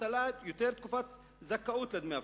האבטלה תקופת זכאות יותר גדולה לדמי אבטלה,